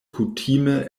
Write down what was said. kutime